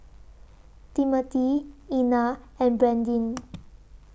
Timothy Ina and Brandyn